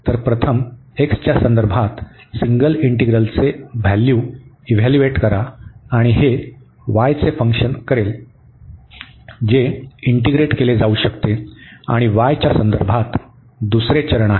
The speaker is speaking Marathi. तर प्रथम x च्या संदर्भात सिंगल इंटीग्रलची व्हॅल्यू इव्हॅल्युएट करा आणि हे y चे फंक्शन करेल जे इंटीग्रेट केले जाऊ शकते आणि y च्या संदर्भात दुसरे चरण आहे